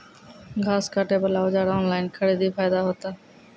घास काटे बला औजार ऑनलाइन खरीदी फायदा होता?